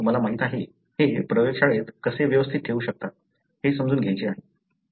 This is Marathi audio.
तुम्हाला माहिती आहे हे प्रयोगशाळेत कसे व्यवस्थित ठेऊ शकता हे समजून घ्यायचे आहे